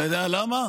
אתה יודע למה?